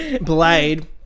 Blade